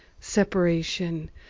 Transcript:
separation